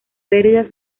perdida